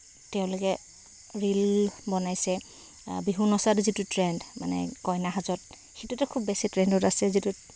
তেওঁলোকে ৰীল বনাইছে বিহু নচাটো যিটো ট্ৰেণ্ড মানে কইনা সাজত সেইটোতো খুব বেছি ট্ৰেণ্ডত আছে